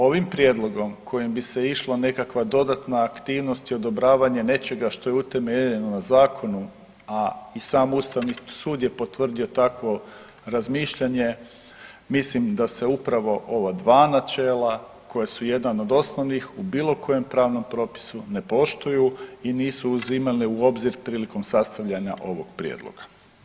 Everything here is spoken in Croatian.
Ovim prijedlogom kojim bi se išla nekakva dodatna aktivnost i odobravanje nečega što je utemeljeno na zakonu, a i sam ustavni sud je potvrdio takvo razmišljanje mislim da se upravo ova dva načela koja su jedan od osnovnih u bilo kojem pravnom propisu ne poštuju i nisu uzimane u obzir prilikom sastavljanja ovog prijedloga.